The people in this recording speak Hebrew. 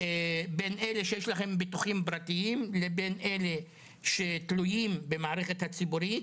בין אלה שיש להם ביטוחים פרטיים לבין אלה שתלויים במערכת הציבורית,